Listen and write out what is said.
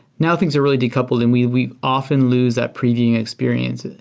now, things are really decoupled and we we often lose that previewing experience,